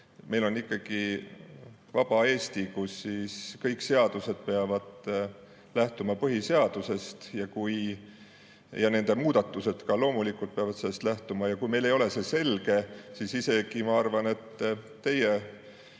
meil on ikkagi vaba Eesti, kus kõik seadused peavad lähtuma põhiseadusest ja nende muudatused peavad ka loomulikult sellest lähtuma. Ja kui meil ei ole see selge, siis … Isegi, ma arvan, teie